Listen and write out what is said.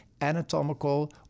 anatomical